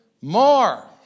more